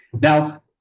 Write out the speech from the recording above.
Now